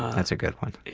that's a good one.